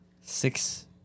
six